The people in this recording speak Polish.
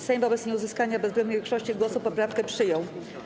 Sejm wobec nieuzyskania bezwzględnej większości głosów poprawkę przyjął.